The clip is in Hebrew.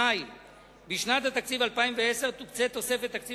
2. בשנת התקציב 2010 תוקצה תוספת תקציב